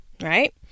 right